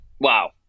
Wow